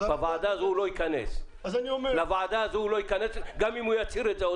לוועדה הזו הוא לא ייכנס גם אם הוא יסיר את זה.